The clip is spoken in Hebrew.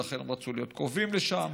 ולכן הם רצו להיות קרובים לשם,